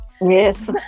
Yes